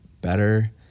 better